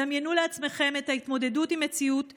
דמיינו לעצמכם את ההתמודדות עם מציאות שיום-יום,